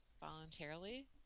voluntarily